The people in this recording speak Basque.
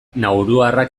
nauruarrak